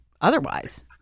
otherwise